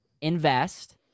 invest